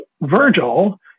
Virgil